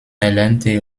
erlernte